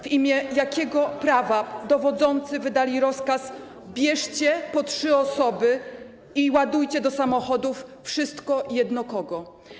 W imię jakiego prawa dowodzący wydali rozkaz: bierzcie po trzy osoby i ładujcie do samochodów wszystko jedno kogo.